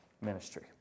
ministry